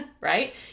right